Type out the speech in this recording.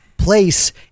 Place